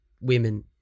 women